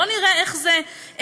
בואו נראה איך זה ממסגר.